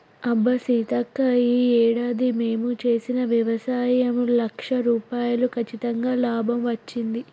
అబ్బా సీతక్క ఈ ఏడాది మేము చేసిన వ్యవసాయంలో లక్ష రూపాయలు కచ్చితంగా లాభం వచ్చింది